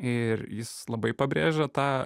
ir jis labai pabrėžia tą